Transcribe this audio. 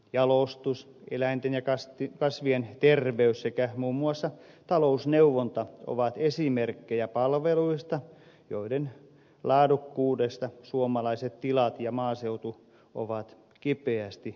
jalostus eläinten ja kasvien terveys sekä muun muassa talousneuvonta ovat esimerkkejä palveluista joiden laadukkuudesta suomalaiset tilat ja maaseutu ovat kipeästi riippuvaisia